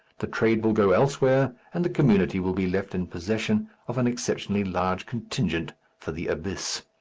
the trade will go elsewhere, and the community will be left in possession of an exceptionally large contingent for the abyss.